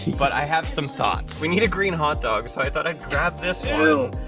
but i have some thoughts. we need a green hot dog, so i thought i'd grab this one. ew.